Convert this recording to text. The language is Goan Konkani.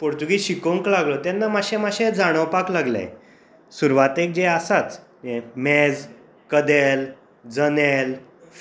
पुर्तुगीज शिकोंक लागलो तेन्ना मातशें मातशें जाणोवपाक लागलें सुरवातेक जें आसाच ये मेज कदेल जनेल